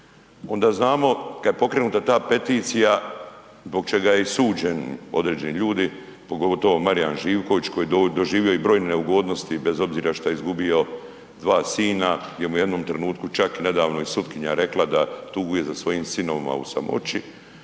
Onda znamo kad je pokrenuta ta peticija zbog čega je i suđen određeni ljudi, pogotovo Marijan Živković koji je doživio i brojne neugodnosti bez obzira šta je izgubio dva sina, gdje mu je u jednom trenutku čak i nedavno i sutkinja rekla da tuguje za svojim sinovima u samoći,